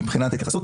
מבחינת ההתייחסות,